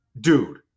Dude